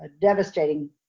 devastating